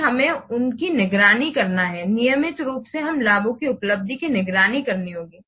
फिर हमें उनकी निगरानी करना है नियमित रूप से हमें लाभों की उपलब्धि की निगरानी करनी होगी